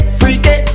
freaky